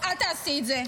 אל תעשי את זה.